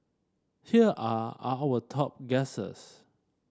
here are our top guesses